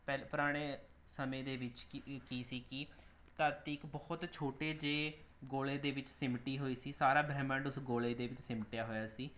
ਪਹਿਲਾਂ ਪੁਰਾਣੇ ਸਮੇਂ ਦੇ ਵਿੱਚ ਕੀ ਅ ਕੀ ਸੀ ਕਿ ਧਰਤੀ ਇੱਕ ਬਹੁਤ ਛੋਟੇ ਜਿਹੇ ਗੋਲੇ ਦੇ ਵਿੱਚ ਸਿਮਟੀ ਹੋਈ ਸੀ ਸਾਰਾ ਬ੍ਰਹਿਮੰਡ ਉਸ ਗੋਲੇ ਦੇ ਵਿੱਚ ਸਿਮਟਿਆ ਹੋਇਆ ਸੀ